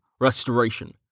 Restoration